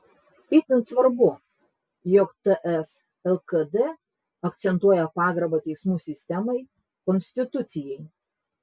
itin svarbu jog ts lkd akcentuoja pagarbą teismų sistemai konstitucijai